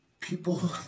People